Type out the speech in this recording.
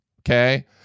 Okay